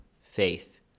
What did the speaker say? faith